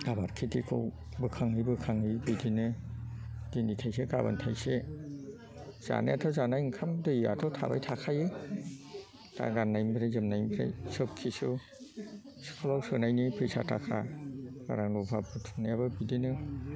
आबाद खेथिखौ बोखाङै बोखाङै बिदिनो दिनै थाइसे गाबोन थाइसे जानायाथ' जानाय ओंखाम दैआथ' थाबाय थाखायो दा गाननायनिफ्राय जोमनायनिफ्राय सब खिसु स्कुलआव सोनायनि फैसा थाखा रां रुफा बुथुमनायाबो बिदिनो